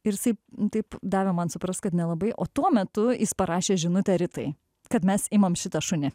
ir jisai taip davė man suprast kad nelabai o tuo metu jis parašė žinutę ritai kad mes imam šitą šunį